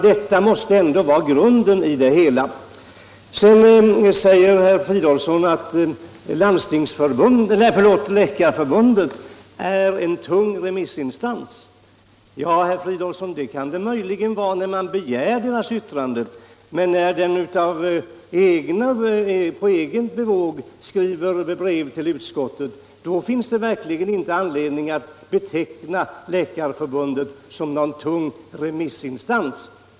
Det måste ändå vara grunden för det hela. Herr Fridolfsson säger att Läkarförbundet är en tung remissinstans. Det kan det möjligen vara när man begär dess yttrande, men när förbundet på eget bevåg skriver till utskottet, finns det verkligen inte anledning att beteckna Läkarförbundet som någon tung remissinstans.